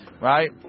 right